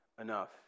enough